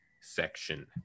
section